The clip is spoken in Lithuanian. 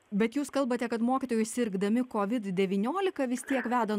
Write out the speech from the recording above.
bet jūs kalbate kad mokytojai sirgdami kovid devyniolika vis tiek veda